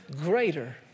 greater